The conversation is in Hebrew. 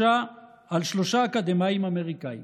על שלושה אקדמאים אמריקאים